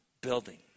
building